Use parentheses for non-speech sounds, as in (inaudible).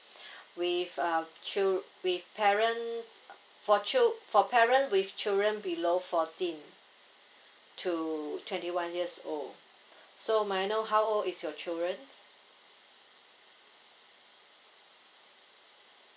(breath) with err chil~ with parent uh for chil~ for parent with children below fourteen to twenty one years old so may I know how old is your children